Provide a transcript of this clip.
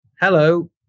Hello